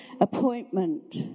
appointment